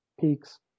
peaks